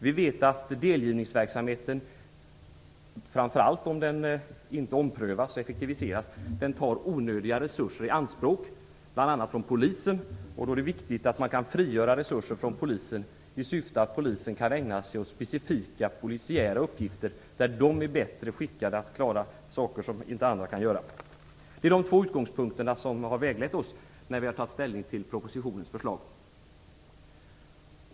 Vi vet att delgivningsverksamheten - framför allt om den inte omprövas och effektiviseras - tar onödiga resurser i anspråk, bl.a. från polisen. Då är det viktigt att man kan frigöra resurser från polisen, i syfte att polisen skall kunna ägna sig åt specifika polisiära uppgifter, där de är bättre skickade att klara saker som inte andra kan göra. Det är de två utgångspunkterna som har väglett oss när vi har tagit ställning till propositionens förslag.